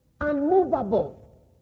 unmovable